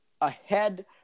ahead